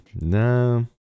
No